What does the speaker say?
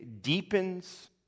deepens